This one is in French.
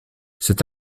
cet